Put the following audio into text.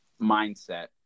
mindset